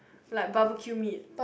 like barbeque meat